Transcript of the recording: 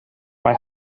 mae